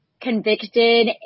convicted